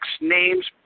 names